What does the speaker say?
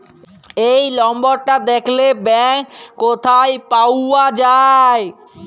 এই লম্বরটা দ্যাখলে ব্যাংক ক্যথায় পাউয়া যায়